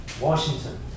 Washington